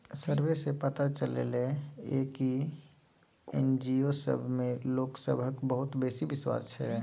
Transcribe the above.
survey सँ पता चलले ये की जे एन.जी.ओ सब मे लोक सबहक बहुत बेसी बिश्वास छै